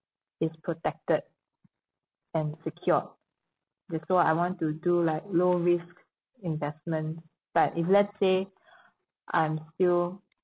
is protected and secured that's why I want to do like low risk investment but if let's say I'm still